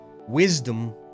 wisdom